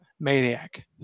Maniac